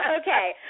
okay